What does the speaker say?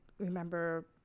remember